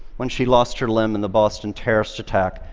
when she lost her limb in the boston terrorist attack,